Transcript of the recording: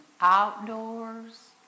outdoors